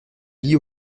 lie